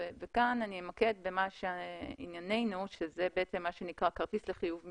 כאן אני אתמקד בענייננו שזה בעצם מה שנקרא כרטיס לחיוב מיידי.